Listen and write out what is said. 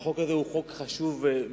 החוק הזה הוא חוק חשוב מאוד.